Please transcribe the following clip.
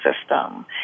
system